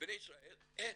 לבני ישראל אין,